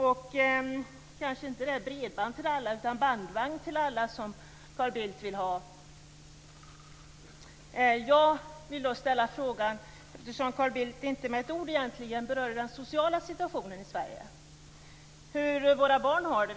Det kanske inte är bredband till alla utan bandvagn till alla som Carl Bildt vill ha. Jag vill ställa en fråga eftersom Carl Bildt egentligen inte med ett ord berörde den sociala situationen i Sverige. Den handlar bl.a. om hur våra barn har det.